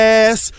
ass